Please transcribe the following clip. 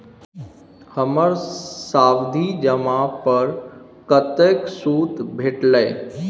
हमर सावधि जमा पर कतेक सूद भेटलै?